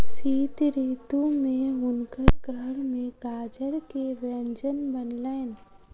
शीत ऋतू में हुनकर घर में गाजर के व्यंजन बनलैन